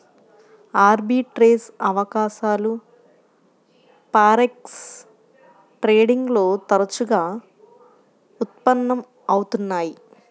arbitrage అవకాశాలు forex trading లో తరచుగా ఉత్పన్నం అవుతున్నయ్యి